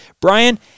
Brian